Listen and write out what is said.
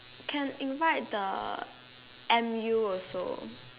can invite the M_U also